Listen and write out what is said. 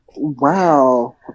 Wow